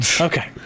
Okay